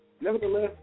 Nevertheless